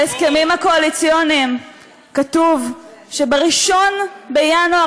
בהסכמים הקואליציוניים כתוב שב-1 בינואר